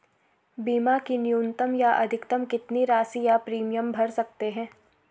बीमा की न्यूनतम या अधिकतम कितनी राशि या प्रीमियम भर सकते हैं?